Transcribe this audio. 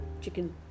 chicken